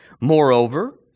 Moreover